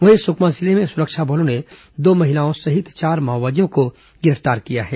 वहीं सुकमा जिले में सुरक्षा बलों ने दो महिला सहित चार माओवादियों को गिरफ्तार किया है